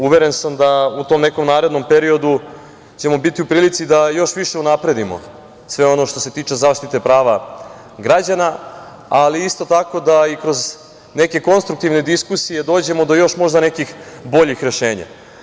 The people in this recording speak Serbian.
Uveren sam da u tom nekom narednom periodu ćemo biti u prilici da još više unapredimo sve ono što se tiče zaštite prava građana, ali isto tako da i kroz neke konstruktivne diskusije dođemo do još možda nekih boljih rešenja.